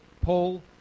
Paul